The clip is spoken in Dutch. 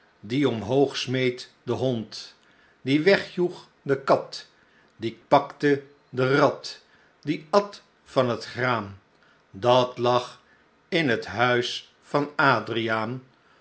die omhoog smeet den hond die wegjoeg de kat die pakte de rat die at van het graan dat lag in het huis van adriaan